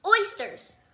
Oysters